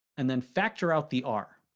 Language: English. and then factor out the r.